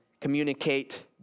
communicate